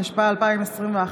התשפ"א 2012,